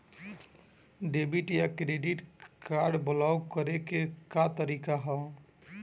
Debit या credit card block करे के का तरीका ह?